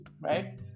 right